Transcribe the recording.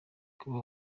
kuba